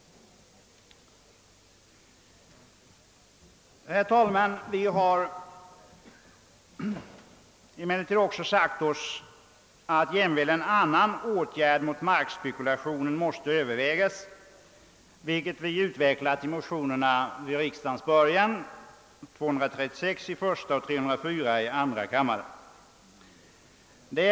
Vi har emellertid också sagt oss, att ytterligare en åtgärd mot markspekulationen måste övervägas. Vi har utvecklat det närmare i motionerna I: 236 och II: 304, som väcktes i början av denna riksdag.